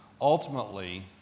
ultimately